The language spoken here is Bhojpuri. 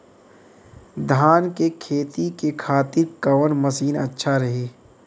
धान के खेती के खातिर कवन मशीन अच्छा रही?